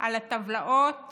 על הטבלאות